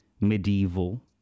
medieval